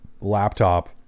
laptop